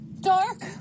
dark